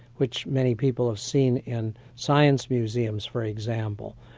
which many people have seen in science museums for example,